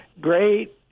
Great